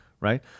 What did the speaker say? right